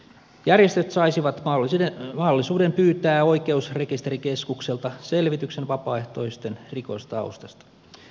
järjestöt saisivat mahdollisuuden pyytää oikeusrekisterikeskukselta selvityksen vapaaehtoisten rikostaustasta